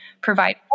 provide